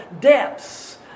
depths